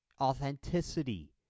authenticity